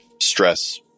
stress